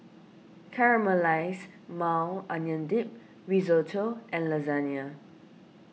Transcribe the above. Caramelized Maui Onion Dip Risotto and Lasagne